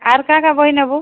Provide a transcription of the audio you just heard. ଆର୍ କା କା ବହି ନେବୁ